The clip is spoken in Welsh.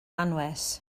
anwes